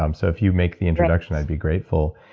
um so if you make the introduction, i'd be grateful.